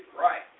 right